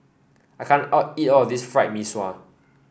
I can't out eat all of this Fried Mee Sua